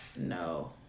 No